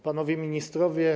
Panowie Ministrowie!